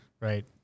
right